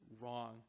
wrong